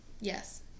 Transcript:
Yes